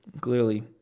clearly